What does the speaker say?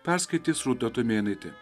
perskaitys rūta tumėnaitė